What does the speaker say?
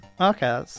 Okay